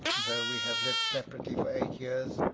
though we have lived separated for eight years,